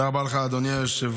תודה רבה לך, אדוני היושב-ראש.